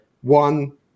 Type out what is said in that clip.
one